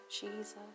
Jesus